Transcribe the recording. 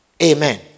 Amen